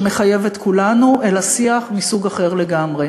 שמחייב את כולנו, אלא שיח מסוג אחר לגמרי.